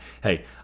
hey